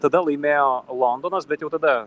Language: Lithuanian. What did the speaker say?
tada laimėjo londonas bet jau tada